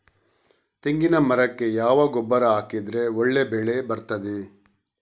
ತೆಂಗಿನ ಮರಕ್ಕೆ ಯಾವ ಗೊಬ್ಬರ ಹಾಕಿದ್ರೆ ಒಳ್ಳೆ ಬೆಳೆ ಬರ್ತದೆ?